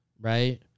right